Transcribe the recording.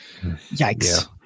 yikes